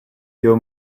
your